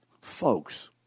folks